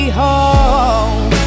home